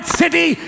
city